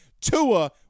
Tua